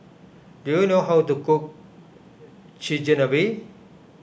do you know how to cook Chigenabe